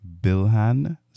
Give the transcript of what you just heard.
Bilhan